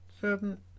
seven